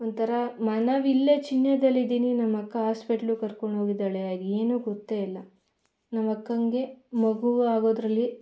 ಒಂಥರಾ ಮನವಿಲ್ಲೆ ಚಿಹ್ನೆದಲ್ಲಿದ್ದೀನಿ ನಮ್ಮಕ್ಕ ಹಾಸ್ಪಿಟ್ಲ್ ಕರ್ಕೊಂಡು ಹೋಗಿದ್ದಾಳೆ ಏನು ಗೊತ್ತೇಯಿಲ್ಲ ನಮ್ಮಕ್ಕನಿಗೆ ಮಗು ಆಗೋದರಲ್ಲಿ